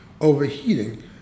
overheating